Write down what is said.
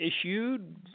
issued